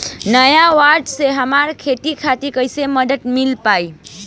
नाबार्ड से हमरा खेती खातिर कैसे मदद मिल पायी?